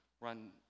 run